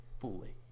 fully